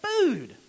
food